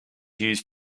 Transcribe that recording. used